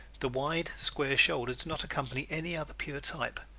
the wide square shoulders do not accompany any other pure type,